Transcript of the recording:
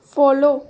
follow